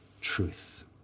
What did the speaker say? truth